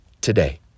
today